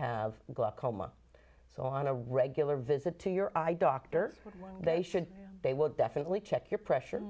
have glaucoma so on a regular visit to your eye doctor they should they would definitely check your pressure